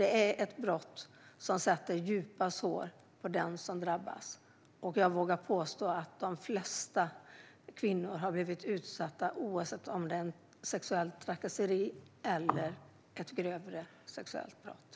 Det är ett brott som sätter djupa spår i den som drabbas. Jag vågar påstå att de flesta kvinnor har blivit utsatta för sexuella trakasserier eller ett grövre sexuellt brott.